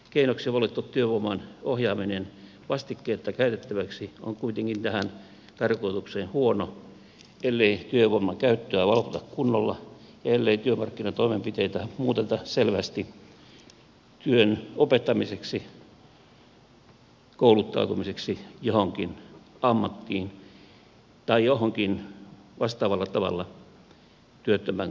keinoksi valittu työvoiman ohjaaminen vastikkeetta käytettäväksi on kuitenkin tähän tarkoitukseen huono ellei työvoiman käyttöä valvota kunnolla ja ellei työmarkkinatoimenpiteitä muuteta selvästi työn opettamiseksi kouluttautumiseksi johonkin ammattiin tai johonkin vastaavalla tavalla työttömän kannalta hyödylliseen tarkoitukseen